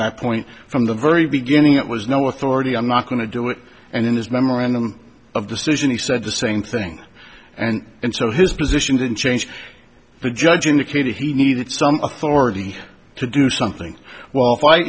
that point from the very beginning it was no authority i'm not going to do it and in this memorandum of decision he said the same thing and and so his position didn't change the judge indicated he needed some authority to do something well